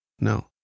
no